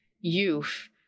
youth